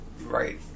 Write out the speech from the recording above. right